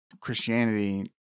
Christianity